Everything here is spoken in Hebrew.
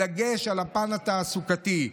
בדגש על הפן התעסוקתי.